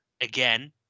Again